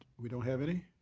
we don't have any?